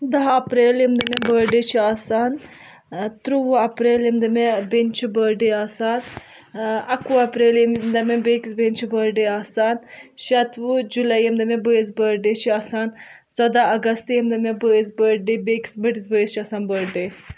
دَہ اَپریل ییٚمہِ دۄہ مےٚ بٔرتھ ڈے چھِ آسان تُرٛوُہ اَپریل ییٚمہِ دۄہ مےٚ بیٚنہِ چھُ بٔرتھ ڈے آسان اَکوُہ اَپریل ییٚمہِ دۄہ مےٚ بیٚکِس بیٚنہِ چھِ بٔرتھ ڈے آسان شَتوُہ جُلاے ییٚمہِ دۄہ مےٚ بٲیِس بٔرتھ ڈے چھُ آسان ژۄداہ اَگست ییٚمہِ دۄہ مےٚ بٲیِس بٔرتھ ڈے بیٚکِس بٔڑِس بٲیِس چھِ آسان بٔرتھ ڈے